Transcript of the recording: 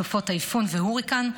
סופות טייפון והוריקן,